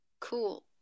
Cool